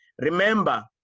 remember